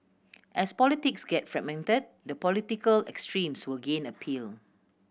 as politics get fragmented the political extremes will gain appeal